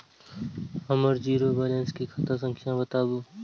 हमर zero balance के खाता संख्या बतबु?